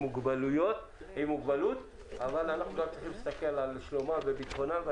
מוגבלות אבל צריכים גם להסתכל על שלומם וביטחונם.